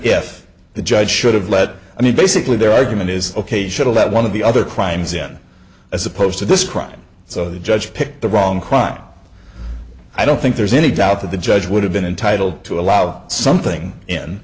if the judge should have let i mean basically their argument is ok shuttle that one of the other crimes in as opposed to this crime so the judge picked the wrong crime i don't think there's any doubt that the judge would have been entitle to allow something